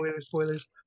spoilers